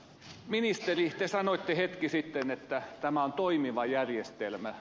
ministeri te sanoitte hetki sitten että tämä on toimiva järjestelmä